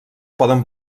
poden